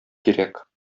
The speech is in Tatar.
кирәк